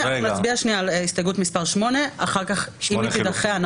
נצביע על הסתייגות מס' 8. אם היא תידחה,